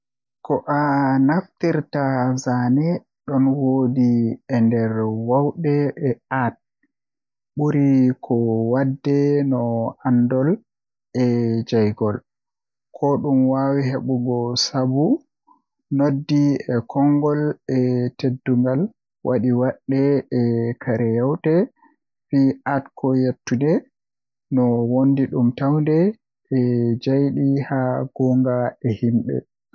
No aheftirta zaane ɗon woodi e nder waawde e art, ɓuri ko waɗde no anndon e yaajol. Ko ɗum waawi heɓugol sabu, ngoodi e konngol, e teddungal kaɗi waɗde e kadi yawre. Fii art ko ƴettude, no wondi ɗum tawde, e jeyɗi hay goonga e yimɓe.